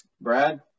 Brad